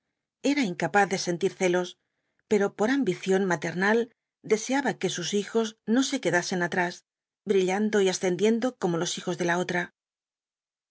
era incapaz de sentir celos pero por ambición maternal deseaba que sus hijos no se quedasen atrás brillando y ascendiendo como los hijos de la otra